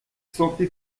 santé